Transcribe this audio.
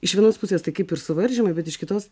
iš vienos pusės tai kaip ir suvaržymai bet iš kitos